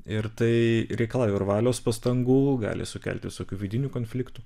ir tai reikalauja ir valios pastangų gali sukelti visokių vidinių konfliktų